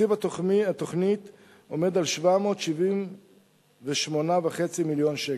תקציב התוכנית עומד על 778.5 מיליון שקל.